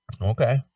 Okay